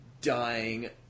dying